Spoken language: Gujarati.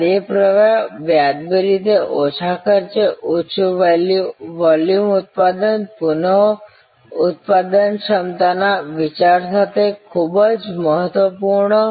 કાર્યપ્રવાહ વ્યાજબી રીતે ઓછા ખર્ચે ઉચ્ચ વોલ્યુમ ઉત્પાદન પુનઃઉત્પાદનક્ષમતાના વિચાર સાથે ખૂબ જ મહત્વપૂર્ણ